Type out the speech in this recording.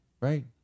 right